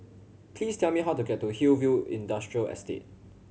please tell me how to get to Hillview Industrial Estate